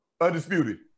Undisputed